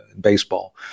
baseball